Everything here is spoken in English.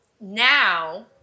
now